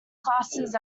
classes